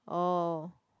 oh